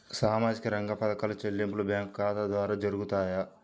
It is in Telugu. సామాజిక రంగ పథకాల చెల్లింపులు బ్యాంకు ఖాతా ద్వార జరుగుతాయా?